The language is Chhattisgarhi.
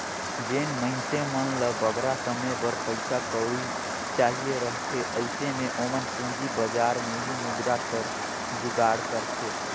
जेन मइनसे मन ल बगरा समे बर पइसा कउड़ी चाहिए रहथे अइसे में ओमन पूंजी बजार में ही मुद्रा कर जुगाड़ करथे